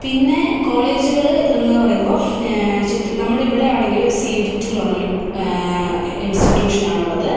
പിന്നെ കോളേജുകൾ എന്നു പറയുമ്പോൾ നമ്മുടെ ഇവിടെയാണെങ്കിൽ സീഡിറ്റ് പറഞ്ഞൊരു ഇൻസ്റ്റിട്യൂഷനാണുള്ളത്